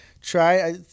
try